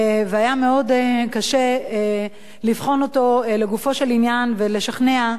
והיה מאוד קשה לבחון אותו לגופו של עניין ולשכנע,